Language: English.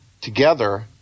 together